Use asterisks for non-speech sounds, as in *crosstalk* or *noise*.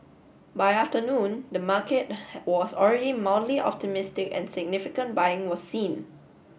by afternoon the market *unintelligible* was already *unintelligible* optimistic and significant buying was seen